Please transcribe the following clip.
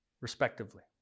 respectively